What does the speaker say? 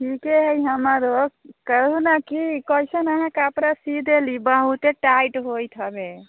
ठीके हइ हमरो कहू ने कि कइसन अहाँ कपड़ा सी देली हँ बहुते टाइट होइत हवे